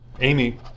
amy